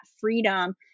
freedom